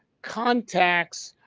contacts,